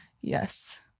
Yes